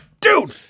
Dude